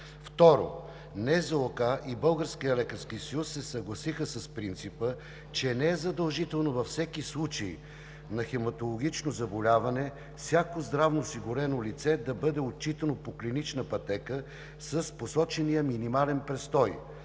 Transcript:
каса и Българският лекарски съюз се съгласиха с принципа, че не е задължително във всеки случай на хематологично заболяване всяко здравноосигурено лице да бъде отчитано по клинична пътека с посочения минимален престой,